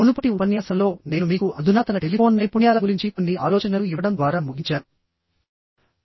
మునుపటి ఉపన్యాసంలో నేను మీకు అధునాతన టెలిఫోన్ నైపుణ్యాల గురించి కొన్ని ఆలోచనలు ఇవ్వడం ద్వారా ముగించాను